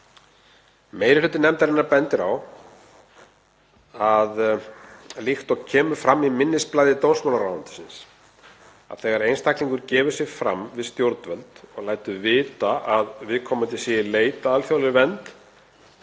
Meiri hluti nefndarinnar bendir á, líkt og kemur fram í minnisblaði dómsmálaráðuneytisins, að þegar einstaklingur gefur sig fram við stjórnvöld og lætur vita að viðkomandi sé í leit að alþjóðlegri vernd